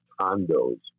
condos